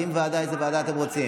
ואם ועדה, איזו ועדה אתם רוצים.